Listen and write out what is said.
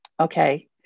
Okay